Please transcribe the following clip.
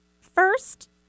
first